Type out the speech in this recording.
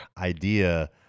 idea